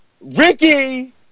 Ricky